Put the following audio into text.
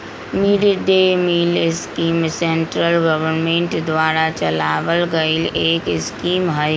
mid day meal scheme central government द्वारा चलावल गईल एक स्कीम हई